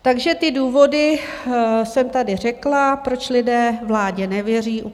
Takže ty důvody jsem tady řekla, proč lidé vládě nevěří.